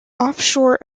offshore